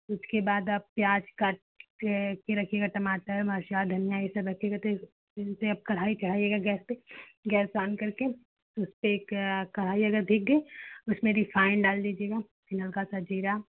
उसके बाद आप प्याज काट करके रखिएगा टमाटर मिरचाई धनियाँ यह सब रखिएगा फिर फिर से आप कड़ाही चढ़ाइएगा गैस पर गैस ऑन करके उसपर एक कड़ा कड़ाही देकर उसमें भी रिफ़ाइन डाल दीजिएगा हल्का सा ज़ीरा